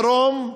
בדרום,